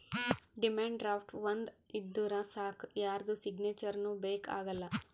demand draft ಒಂದ್ ಇದ್ದೂರ್ ಸಾಕ್ ಯಾರ್ದು ಸಿಗ್ನೇಚರ್ನೂ ಬೇಕ್ ಆಗಲ್ಲ